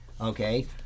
okay